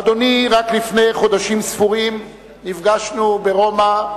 אדוני, רק לפני חודשים ספורים נפגשנו ברומא,